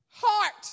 Heart